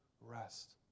rest